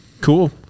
Cool